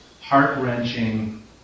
heart-wrenching